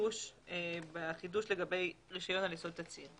בחידוש לגבי רישיון על יסוד תצהיר.